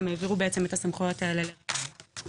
הם העבירו בעצם את הסמכויות האלה למשטרה